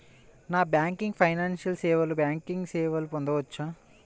Non banking financial సేవలో banking సేవలను పొందవచ్చా?